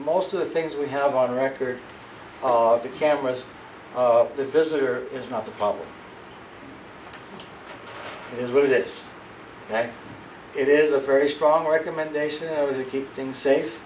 most of the things we have on record of the cameras the visitor is not the problem is really that it is a very strong recommendation to keep things safe